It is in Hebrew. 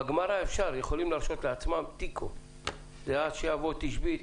בגמרא אפשר יכולים להרשות לעצמם תיקו עד שיבוא תשבי,